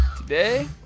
Today